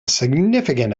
significant